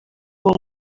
uwo